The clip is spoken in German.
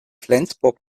flensburg